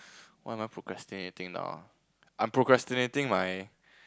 what am I procrastinating now I'm procrastinating my